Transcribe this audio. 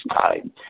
time